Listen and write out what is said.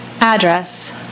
Address